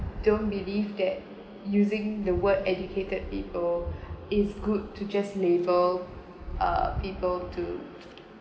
don't believe that using the word educated people is good to just label uh people to